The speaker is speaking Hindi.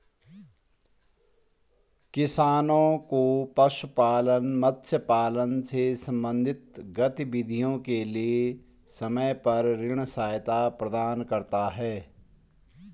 किसानों को पशुपालन, मत्स्य पालन से संबंधित गतिविधियों के लिए समय पर ऋण सहायता प्रदान करता है